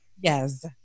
Yes